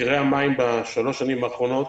מחירי המים גבוהים בשלוש השנים האחרונות